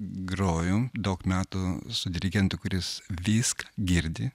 groju daug metų su dirigentu kuris viską girdi